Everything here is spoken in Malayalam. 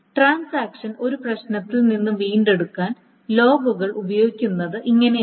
ട്രാൻസാക്ഷൻ ഒരു പ്രശ്നത്തിൽ നിന്ന് വീണ്ടെടുക്കാൻ ലോഗുകൾ ഉപയോഗിക്കുന്നത് ഇങ്ങനെയാണ്